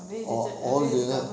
habis dia cakap habis dia cakap apa